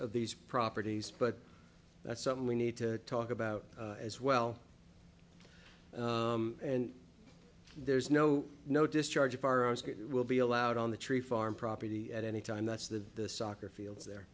of these properties but that's something we need to talk about as well and there's no no discharge of will be allowed on the tree farm property at any time that's the soccer fields there